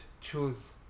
choose